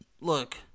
look